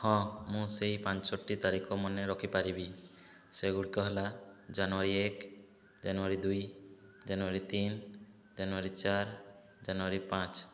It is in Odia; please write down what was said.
ହଁ ମୁଁ ସେଇ ପାଞ୍ଚଟି ତାରିଖ ମନେ ରଖିପାରିବି ସେଗୁଡ଼ିକ ହେଲା ଜାନୁଆରୀ ଏକ ଜାନୁଆରୀ ଦୁଇ ଜାନୁଆରୀ ତିନି ଜାନୁଆରୀ ଚାରି ଜାନୁଆରୀ ପାଞ୍ଚ